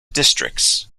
districts